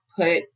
put